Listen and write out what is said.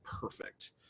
perfect